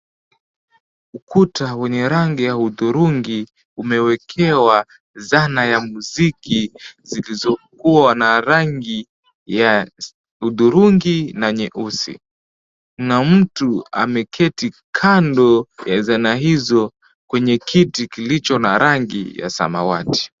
Uta wenye rangi ya hudhurungi umewekewa dhana ya muziki zilizokuwa na rangi ya hudhurungi na nyeusi. Na mtu ameketi kando ya zana hizo kwenye kiti kilicho na rangi ya samawati.